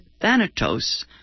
Thanatos